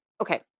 okay